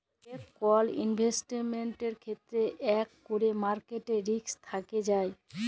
যে কল ইলভেসেটমেল্টের ক্ষেত্রে ইকট ক্যরে মার্কেট রিস্ক থ্যাকে যায়